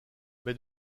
mais